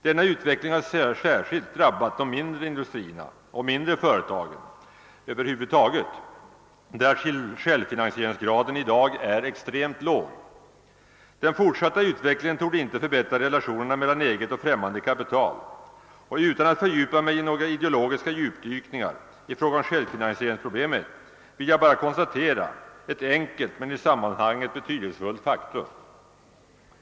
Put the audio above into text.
Denna utveckling har särskilt drabbat de mindre industrierna och de mindre företagen över huvud taget, där självfinansieringsgraden i dag är extremt låg. Den fortsatta utvecklingen torde inte förbättra relationerna mel lan eget och främmande kapital, och utan att fördjupa mig i några ideologiska djupdykningar i fråga om självfinansieringsproblemet vill jag bara konstatera ett enkelt men i sammanhanget betydelsefulit faktum.